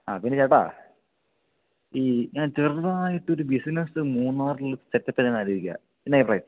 ആ പിന്നെ ചേട്ടാ ഈ ഞാൻ ചെറുതായിട്ട് ഒരു ബിസിനസ്സ് മൂന്നാറില് സെറ്റപ്പ് ചെയ്യാനാലോചിക്കുകയാണ് എന്നാ അഭിപ്രായം